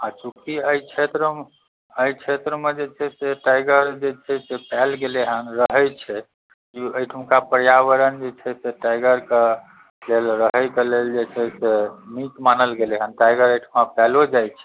आओर चूँकि एहि क्षेत्रमे एहि क्षेत्रमे जे छै से टाइगर जे छै से पाओल गेले हँ रहै छै एहिठुनका पर्यावरण जे छै से टाइगरके के लेल रहैके लेल जे छै से नीक मानल गेलै हँ टाइगर एहिठाम पायलो जाइ छै